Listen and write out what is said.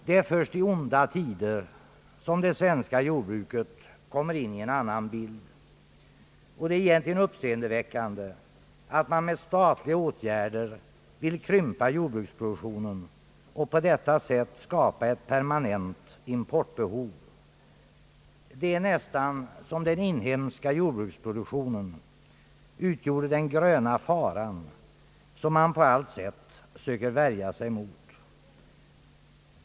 Det är först i onda tider som det svenska jordbruket kommer in i en annan bild. Det är egentligen uppseendeväckande att man med statliga åtgärder vill krympa jordbruksproduktionen och på detta sätt skapa ett permanent importbehov. Det är nästan som om den inhemska jordbruksproduktionen utgjorde den gröna faran, som man på allt sätt söker värja sig mot.